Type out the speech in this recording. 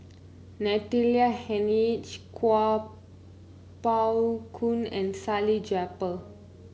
Natalie Hennedige Kuo Pao Kun and Salleh Japar